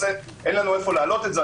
אין לנו היכן להעלות את זה.